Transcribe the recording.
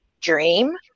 Dream